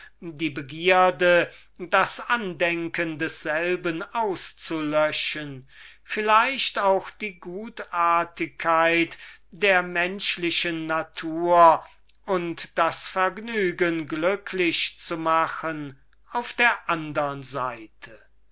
die begierde selbst ihr andenken auszulöschen vielleicht auch die gutherzigkeit der menschlichen natur und das vergnügen glücklich zu machen auf der andern seite wie